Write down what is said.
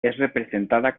representada